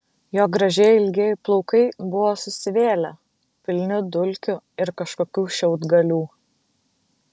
jo gražieji ilgieji plaukai buvo susivėlę pilni dulkių ir kažkokių šiaudgalių